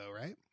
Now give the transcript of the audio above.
right